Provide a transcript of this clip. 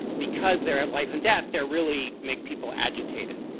because there are life and death there really make people agitated.